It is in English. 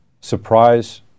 surprise